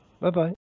Bye-bye